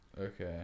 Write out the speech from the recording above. Okay